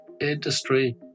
industry